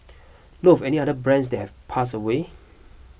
know of any other brands that've pass away